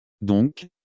Donc